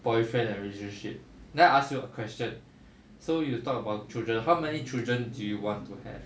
boyfriend and relationship then I ask you a question so you talk about children how many children do you want to have